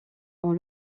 ont